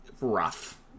rough